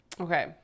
Okay